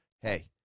hey